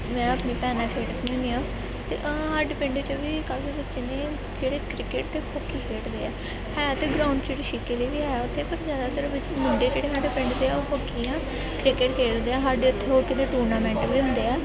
ਮੈਂ ਆਪਣੀ ਭੈਣ ਨਾਲ ਖੇਡਦੀ ਹੁੰਦੀ ਹਾਂ ਅਤੇ ਆਹ ਸਾਡੇ ਪਿੰਡ 'ਚ ਵੀ ਕਾਫ਼ੀ ਬੱਚੇ ਨੇ ਜਿਹੜੇ ਕ੍ਰਿਕਟ ਹਾਕੀ ਖੇਡਦੇ ਹੈ ਹੈ ਤਾਂ ਗਰਾਉਂਡ ਚਿੜੀ ਛਿੱਕੇ ਲਈ ਵੀ ਹੈ ਉੱਥੇ ਪਰ ਜ਼ਿਆਦਾਤਰ ਵੀ ਮੁੰਡੇ ਜਿਹੜੇ ਸਾਡੇ ਪਿੰਡ ਦੇ ਆ ਉਹ ਹਾਕੀ ਜਾਂ ਕ੍ਰਿਕਟ ਖੇਡਦੇ ਆ ਸਾਡੇ ਉੱਥੇ ਹਾਕੀ ਦੇ ਟੂਰਨਾਮੇਂਟ ਵੀ ਹੁੰਦੇ ਆ